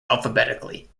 alphabetically